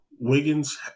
Wiggins